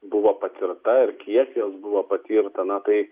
buvo patirta ir kiek jos buvo patirta na tai